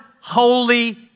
holy